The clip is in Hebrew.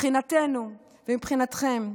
מבחינתנו ומבחינתכם,